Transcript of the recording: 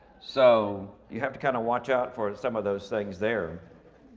so you have to kinda watch out for some of those things there.